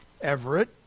Everett